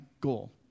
goal